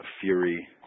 Fury